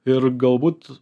ir galbūt